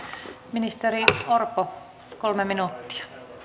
ministeri orpo kolme minuuttia